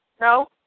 No